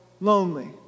Lonely